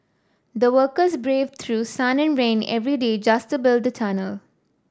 the workers braved through sun and rain every day just to build the tunnel